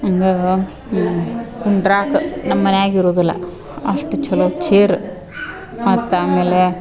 ಹಂಗಾ ಕುಂದ್ರಾಕೆ ನಮ್ಮ ಮನ್ಯಾಗೆ ಇರೋದಿಲ್ಲ ಅಷ್ಟು ಚಲೋ ಚೇರ್ ಮತ್ತೆ ಆಮೇಲೆ